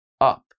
up